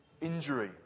injury